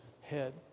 head